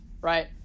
right